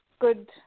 good